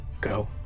go